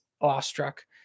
awestruck